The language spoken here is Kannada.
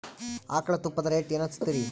ಆಕಳ ತುಪ್ಪದ ರೇಟ್ ಏನ ಹಚ್ಚತೀರಿ?